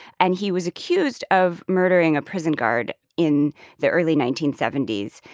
and he was accused of murdering a prison guard in the early nineteen seventy s.